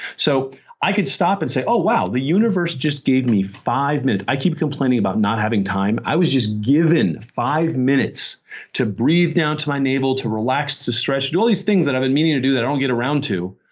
so i can stop and say, oh wow, the universe just gave me five minutes. i keep complaining about not having time. i was just given five minutes to breathe down to my navel, to relax to stretch, do all these things that i've been meaning to do that i don't get around to.